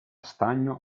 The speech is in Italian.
stagno